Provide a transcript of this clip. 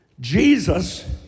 Jesus